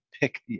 pick